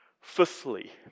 Fifthly